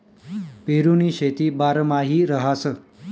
पेरुनी शेती बारमाही रहास